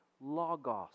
logos